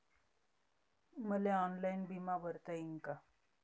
मले ऑनलाईन बिमा भरता येईन का?